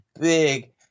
big